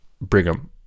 Brigham